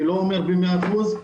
אני לא אמר ב-100 אחוזים.